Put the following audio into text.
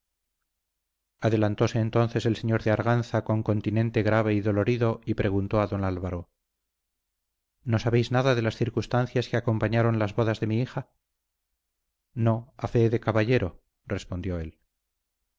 bajeza adelantóse entonces el señor de arganza con continente grave y dolorido y preguntó a don álvaro no sabéis nada de las circunstancias que acompañaron las bodas de mi hija no a fe de caballero respondió él